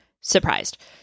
surprised